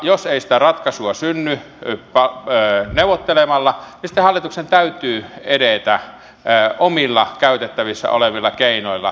jos ei sitä ratkaisua synny neuvottelemalla niin sitten hallituksen täytyy edetä omilla käytettävissä olevilla keinoilla